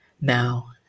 now